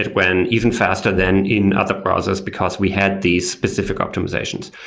it went even faster than in other browser, because we had these specific optimizations,